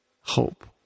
hope